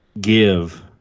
Give